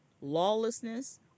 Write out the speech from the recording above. lawlessness